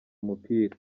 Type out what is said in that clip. umupira